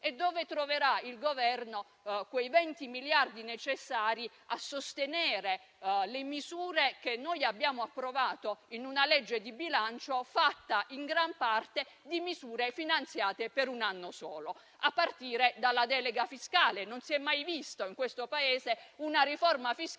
è dove troverà il Governo quei 20 miliardi necessari a sostenere le misure che abbiamo approvato in una legge di bilancio composta in gran parte da misure finanziate per un anno solo, a partire dalla delega fiscale. Non si è mai vista, in questo Paese, una riforma fiscale